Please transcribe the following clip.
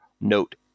note